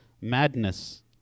madness